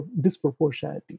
disproportionality